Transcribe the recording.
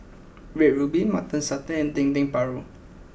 Red Ruby Mutton Satay and Dendeng Paru